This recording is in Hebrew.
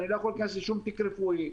אני לא יכול להיכנס לשום תיק רפואי,